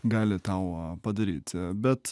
gali tau padaryti bet